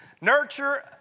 nurture